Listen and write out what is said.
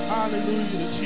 Hallelujah